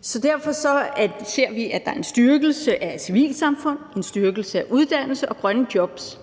Så derfor ser vi, at der er en styrkelse af civilsamfund, en styrkelse af uddannelser og grønne jobs.